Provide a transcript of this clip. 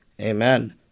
Amen